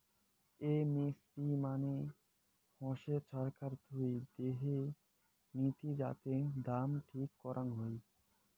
MSP মানে হসে ছরকার থুই দেয়া নীতি যাতে দাম ঠিক করং হই